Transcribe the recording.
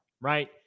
right